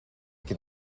can